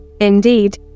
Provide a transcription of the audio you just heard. Indeed